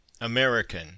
American